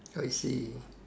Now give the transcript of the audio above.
I see